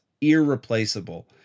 irreplaceable